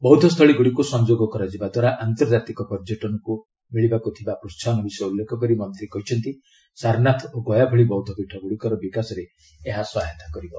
ବୌଦ୍ଧସ୍ଥଳୀଗୁଡ଼ିକୁ ସଂଯୋଗ କରାଯିବା ଦ୍ୱାରା ଆନ୍ତର୍ଜାତିକ ପର୍ଯ୍ୟଟନକୁ ମିଳିବାକୁ ଥିବା ପ୍ରୋସାହନ ବିଷୟ ଉଲ୍ଲେଖ କରି ମନ୍ତ୍ରୀ କହିଛନ୍ତି ସାରନାଥ ଓ ଗୟା ଭଳି ବୌଦ୍ଧପୀଠଗୁଡ଼ିକର ବିକାଶରେ ଏହା ସହାୟତା କରିବ